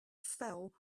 fell